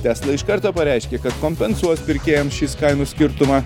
tesla iš karto pareiškė kad kompensuos pirkėjams šis kainų skirtumą